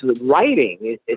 writing